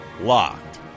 Locked